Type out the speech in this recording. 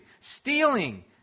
stealing